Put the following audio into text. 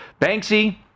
Banksy